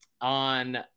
on